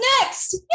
next